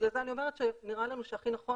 בגלל זה אני אומרת שנראה לנו שהכי נכון